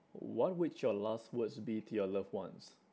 what would your last words be to your loved ones